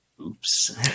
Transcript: Oops